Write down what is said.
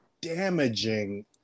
damaging